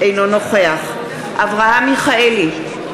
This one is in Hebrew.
אינו נוכח אברהם מיכאלי,